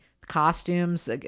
costumes